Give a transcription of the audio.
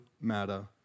matter